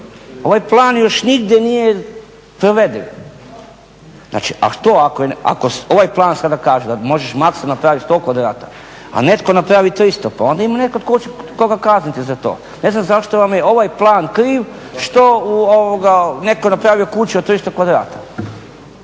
ovaj plan još nigdje nije proveden, znači ako ovaj plan sada kaže, možeš maksimalno napraviti 100 kvadrata, a netko napravi 300 pa onda imamo nekog koga će kazniti za to. Ne znam zašto vam je ovaj plan kriv što je netko napravio kuću od 300 kvadrata?